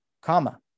comma